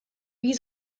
wie